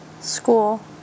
school